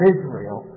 Israel